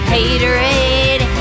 Haterade